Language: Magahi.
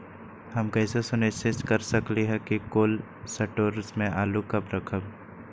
हम कैसे सुनिश्चित कर सकली ह कि कोल शटोर से आलू कब रखब?